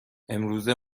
امروزه